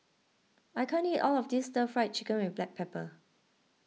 I can't eat all of this Stir Fried Chicken with Black Pepper